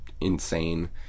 insane